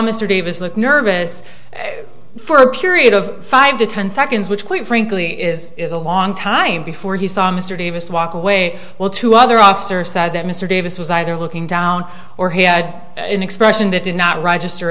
mr davis look nervous for a period of five to ten seconds which quite frankly is is a long time before he saw mr davis walk away while two other officers said that mr davis was either looking down or he had an expression that did not register